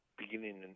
beginning